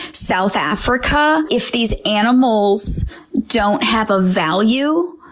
south africa, if these animals don't have a value,